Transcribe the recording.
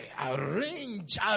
Arrange